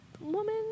woman